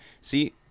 See